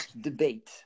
debate